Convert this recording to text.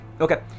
Okay